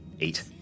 Eight